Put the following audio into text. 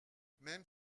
même